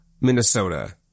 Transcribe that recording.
Minnesota